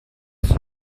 urls